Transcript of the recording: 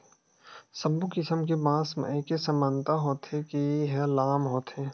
सब्बो किसम के बांस म एके समानता होथे के ए ह लाम होथे